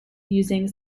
using